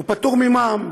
הוא פטור ממע"מ.